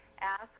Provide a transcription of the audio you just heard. ask